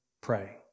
pray